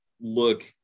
look